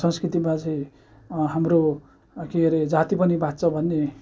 संस्कृति बाँचे हाम्रो के अरे जाति पनि बाँच्छ भन्ने